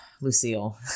Lucille